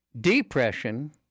depression